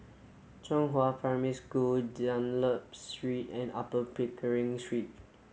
Zhenghua Primary School Dunlop Street and Upper Pickering Street